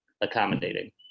accommodating